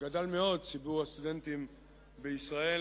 גדל מאוד ציבור הסטודנטים בישראל,